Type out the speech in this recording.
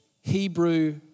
Hebrew